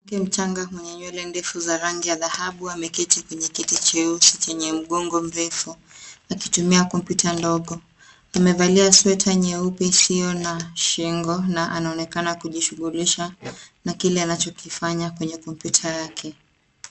Mchanga mwenye nywele ndefu za rangi ya dhahabu ameketi kwenye kiti cheusi chenye mgongo mrefu akitumia kompyuta ndogo. Amevalia sweta nyeupe isiyo na shingo na anaonekana kujishughulisha na kile anachokifanya kwenye kompyuta yake.